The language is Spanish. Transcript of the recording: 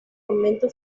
convento